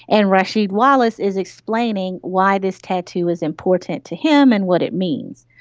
and rasheed wallace is explaining why this tattoo is important to him and what it means.